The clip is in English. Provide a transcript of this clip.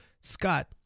Scott